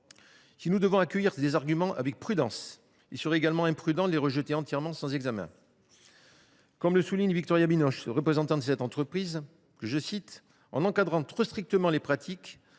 Si nous devons accueillir ces arguments avec prudence, il serait également imprudent de les rejeter entièrement sans examen. Comme le souligne Victoria Binoche, représentante de cette entreprise, « en encadrant trop strictement les pratiques,